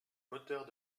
moteurs